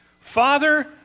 Father